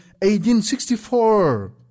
1864